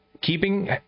keeping